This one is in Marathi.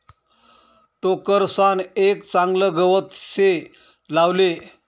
टोकरसान एक चागलं गवत से लावले